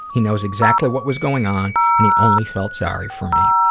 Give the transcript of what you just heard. he knows exactly what was going on and he only felt sorry for me.